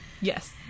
Yes